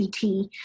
CT